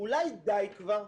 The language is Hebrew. אולי די כבר?